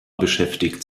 beschäftigt